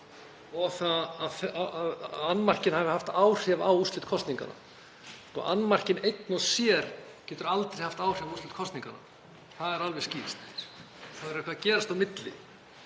að annmarkinn hafi haft áhrif á úrslit kosninganna. Annmarkinn einn og sér getur aldrei haft áhrif á úrslit kosninganna. Það er alveg skýrt. Það verður eitthvað að gerast á milli.